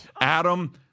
Adam